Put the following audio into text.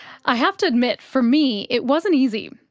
i have to admit, for me, it wasn't easy,